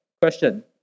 question